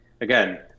again